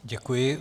Děkuji.